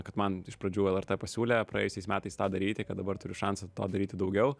kad man iš pradžių lrt pasiūlė praėjusiais metais tą daryti kad dabar turiu šansą to daryti daugiau